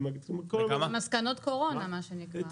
מסקנות קורונה, מה שנקרא.